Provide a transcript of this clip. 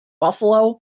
Buffalo